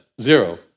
Zero